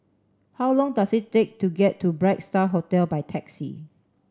how long does it take to get to Bright Star Hotel by taxi